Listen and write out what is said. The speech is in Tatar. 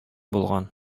булган